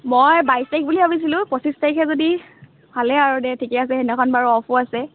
মই বাইছ তাৰিখ বুলি ভাবিছিলোঁ পঁচিছ তাৰিখে যদি ভালে আৰু দে সেইদিনাখন বাৰু অফো আছে